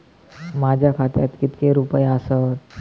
माझ्या खात्यात कितके रुपये आसत?